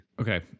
Okay